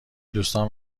دوستام